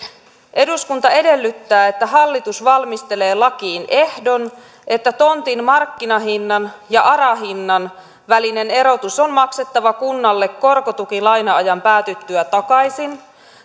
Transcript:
eduskunta edellyttää että hallitus valmistelee lakiin ehdon että tontin markkinahinnan ja ara hinnan välinen erotus on maksettava kunnalle korkotukilaina ajan päätyttyä takaisin